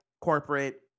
corporate